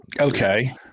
Okay